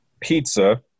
pizza